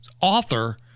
author